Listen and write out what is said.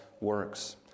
works